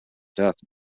death